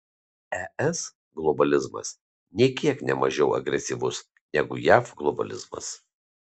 es globalizmas nė kiek ne mažiau agresyvus negu jav globalizmas